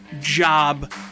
job